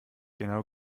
genau